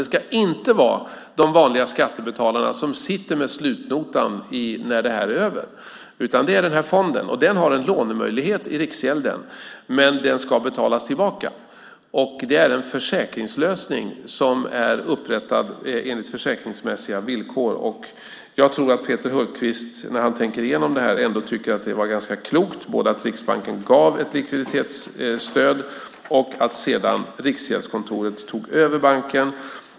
Det ska inte vara de vanliga skattebetalarna som sitter med slutnotan när detta är över, utan det är den här fonden, och den har en lånemöjlighet i Riksgälden, men detta ska betalas tillbaka. Det är en försäkringslösning som är upprättad enligt försäkringsmässiga villkor. När Peter Hultqvist tänker igenom detta tror jag att han ändå tycker att det var ganska klokt, både att Riksbanken gav ett likviditetsstöd och att Riksgäldskontoret sedan tog över banken.